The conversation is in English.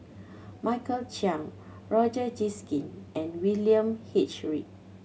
Michael Chiang Roger and William H Read